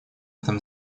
этом